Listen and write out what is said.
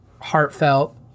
heartfelt